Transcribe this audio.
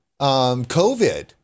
COVID